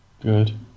Good